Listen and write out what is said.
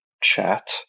chat